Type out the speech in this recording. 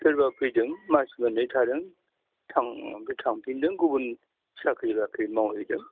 सोरबा फैदों मास मोननै थादों थां बे थांफिन्दों गुबुन साख्रि बाख्रि मावहैदों